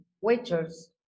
waiters